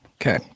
Okay